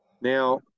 Now